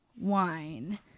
wine